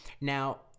Now